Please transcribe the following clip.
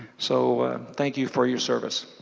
so thank you for your service.